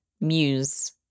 muse